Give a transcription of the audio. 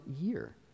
year